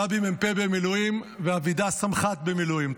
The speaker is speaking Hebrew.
גבי מ"פ במילואים ואבידע סמח"ט במילואים,